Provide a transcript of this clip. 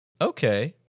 Okay